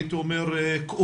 הייתי אומר כאובה,